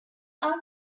are